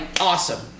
awesome